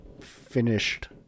finished